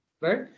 right